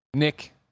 Nick